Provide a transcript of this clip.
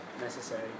necessary